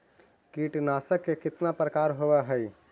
कीटनाशक के कितना प्रकार होव हइ?